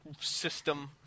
system